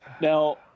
Now